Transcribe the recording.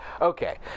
Okay